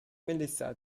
melissa